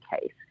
case